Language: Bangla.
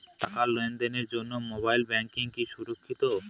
টাকা লেনদেনের জন্য মোবাইল ব্যাঙ্কিং কি সুরক্ষিত?